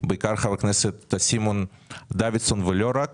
בעיקר חבר הכנסת סימון דוידסון אבל לא רק